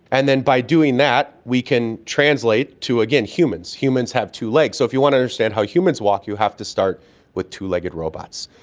and then by doing that we can translate to, again, humans. humans have two legs, so if you want to understand how humans walk you have to start with two-legged robots.